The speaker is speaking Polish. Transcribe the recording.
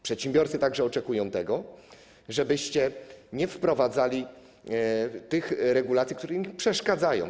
Przedsiębiorcy oczekują także tego, żebyście nie wprowadzali tych regulacji, które im przeszkadzają.